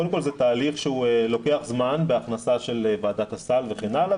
קודם כל זה תהליך שלוקח זמן והכנסה של ועדת הסל וכן הלאה,